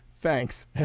Thanks